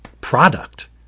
product